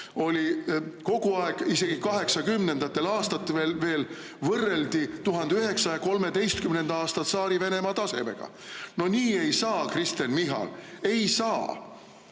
oli: kogu aeg, isegi 80. aastatel veel võrreldi 1913. aasta Tsaari-Venemaa tasemega. No nii ei saa, Kristen Michal! Ei saa!